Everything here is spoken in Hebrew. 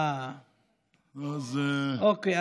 אוקיי.